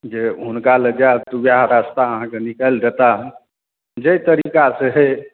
जे हुनका लग जायब तऽ उएह रास्ता अहाँकेँ निकालि देता जे तरीकासँ होय